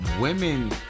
Women